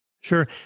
Sure